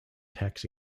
tax